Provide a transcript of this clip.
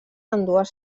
ambdues